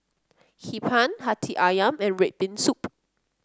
Hee Pan hati ayam and red bean soup